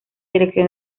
dirección